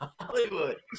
Hollywood